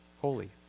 holy